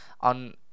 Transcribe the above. on